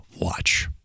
watch